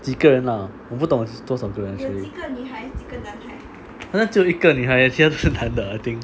几个人啦我不懂多少个人 actually 好像只有一个女孩其他都是男的 I think